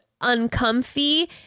uncomfy